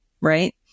right